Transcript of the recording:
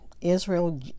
Israel